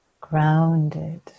grounded